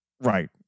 Right